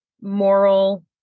moral